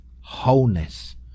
wholeness